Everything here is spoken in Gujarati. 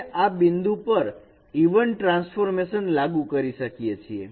આપણે આ બિંદુ પર ઇવન ટ્રાન્સફોર્મેશન લાગુ કરી શકીએ છીએ